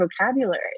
vocabulary